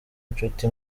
inshuti